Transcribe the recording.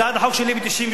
הצעת החוק שלי מ-1998,